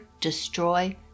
destroy